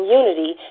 unity